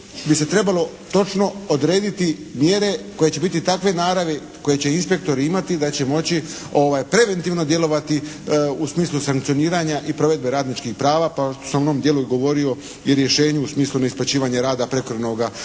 bi se trebalo točno odrediti mjere koje će biti takve naravi koje će inspektori imati da će moći preventivno djelovati u smislu sankcioniranja i provedbe radničkih prava, pa sam u onom dijelu i govorio i rješenju u smislu neisplaćivanja rada prekovremena